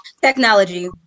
technology